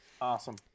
Awesome